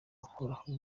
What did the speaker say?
uhoraho